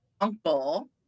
uncle